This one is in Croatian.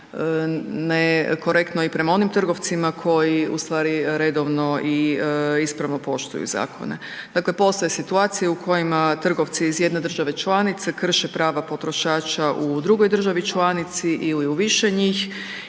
ne korektno i prema onim trgovcima koji redovni i ispravno poštuju zakone. Dakle postoje situacije u kojima trgovci iz jedne države članice krše prava potrošača u drugoj državi članici ili u više njih